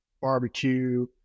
barbecue